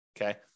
okay